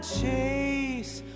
chase